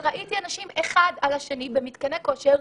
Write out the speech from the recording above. וראיתי שאנשים נמצאים אחד על השני במתקני כושר.